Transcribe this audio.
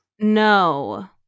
No